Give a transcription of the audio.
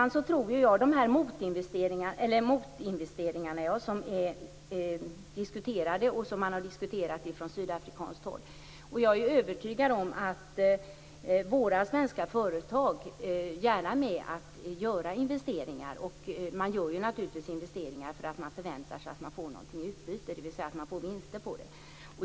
När det gäller de motinvesteringar som man från sydafrikanskt håll har diskuterat är jag övertygad om att svenska företag gärna vill göra investeringar. Man gör naturligtvis investeringar därför att man förväntar sig att få någonting i utbyte, dvs. vinster.